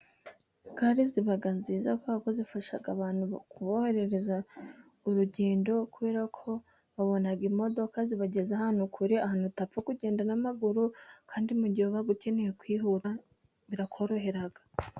Gare ziba nziza kubera ko zifasha abantu kuboroherereza urugendo, kubera ko babona imodoka zibageza ahantu kure, ahantu utapfa kugenda n'amaguru kandi mu gihe uba ukeneye kwihuta birakorohera.